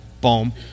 boom